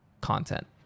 content